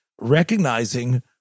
recognizing